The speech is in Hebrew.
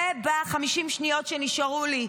ב-50 שניות שנשארו לי,